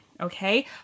okay